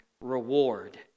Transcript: reward